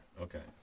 Okay